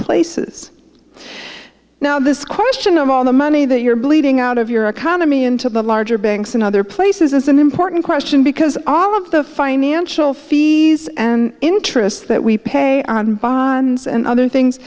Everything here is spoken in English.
places now this question of all the money that you're bleeding out of your economy into the larger banks and other places is an important question because all of the financial fees and interest that we pay on other things